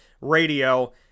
Radio